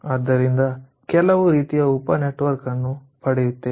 ಆದ್ದರಿಂದ ಕೆಲವು ರೀತಿಯ ಉಪ ನೆಟ್ವರ್ಕ್ ಅನ್ನು ಪಡೆಯುತ್ತಿದ್ದೇವೆ